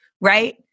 Right